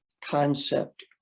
concept